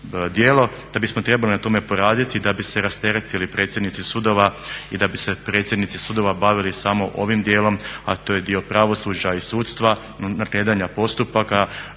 da bismo trebali na tome poraditi da bi se rasteretili predsjednici sudova i da bi se predsjednici sudova bavili samo ovim dijelom, a to je dio pravosuđa i sudstva, … postupaka,